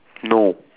no